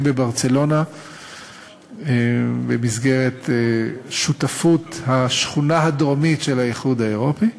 בברצלונה במסגרת שותפות השכונה הדרומית של האיחוד האירופי,